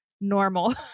normal